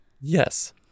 yes